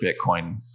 Bitcoin